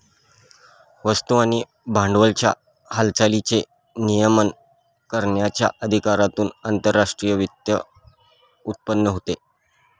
वस्तू आणि भांडवलाच्या हालचालींचे नियमन करण्याच्या अधिकारातून आंतरराष्ट्रीय वित्त उत्पन्न होते